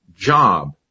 Job